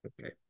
Okay